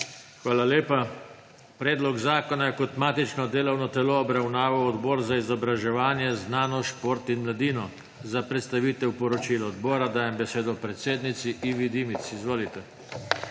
Hvala lepa. Predlog zakona je kot matično delovno telo obravnaval Odbor za izobraževanje, znanost, šport in mladino. Za predstavitev poročila odbora dajem besedo predsednici Ivi Dimic. Izvolite.